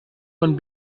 von